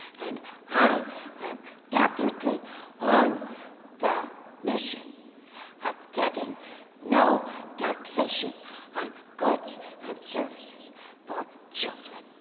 and i am definitely on the mission of getting no taxation on goods and services for children.